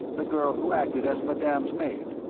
the girl who acted as madame's maid.